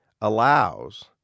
allows